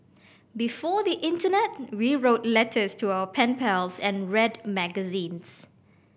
before the internet we wrote letters to our pen pals and read magazines